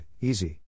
easy